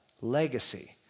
Legacy